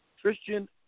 Christian